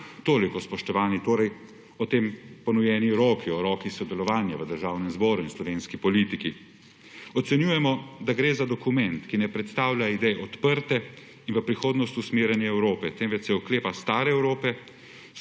Toliko, spoštovani, o tej ponujeni roki, o roki sodelovanja v Državnem zboru in slovenski politiki. Ocenjujemo, da gre za dokument, ki ne predstavlja idej odprte in v prihodnost usmerjene Evrope, temveč se oklepa stare Evrope,